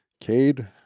Cade